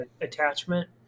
attachment